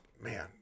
man